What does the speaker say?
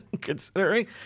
considering